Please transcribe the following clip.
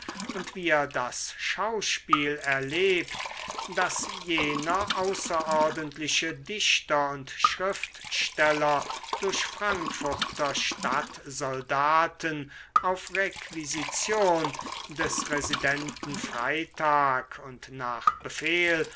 und wir das schauspiel erlebt daß jener außerordentliche dichter und schriftsteller durch frankfurter stadtsoldaten auf requisition des residenten freitag und nach befehl